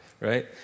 right